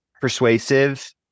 persuasive